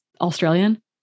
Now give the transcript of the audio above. australian